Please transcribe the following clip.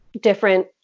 different